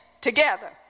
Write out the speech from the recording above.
together